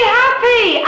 happy